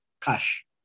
cash